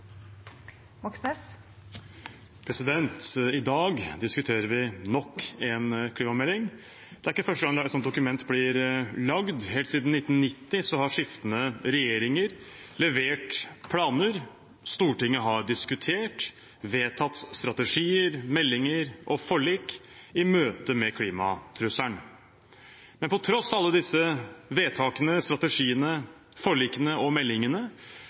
omme. I dag diskuterer vi nok en klimamelding. Det er ikke første gang et sånt dokument blir laget. Helt siden 1990 har skiftende regjeringer levert planer, og Stortinget har diskutert og vedtatt strategier, meldinger og forlik i møte med klimatrusselen. Men på tross av alle disse vedtakene, strategiene, forlikene og